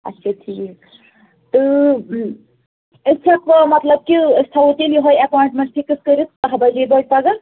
آچھا ٹھیٖک تہٕ أسۍ ہیٚکوا مطلب کہِ أسۍ تھاوو تیٚلہِ یِہٲے ایٚپۄاینٛٹمیٚنٛٹ فِکٕس کٔرِتھ کاہ بَجے بٲگۍ پگاہ